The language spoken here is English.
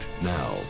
Now